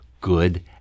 good